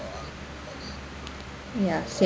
ya same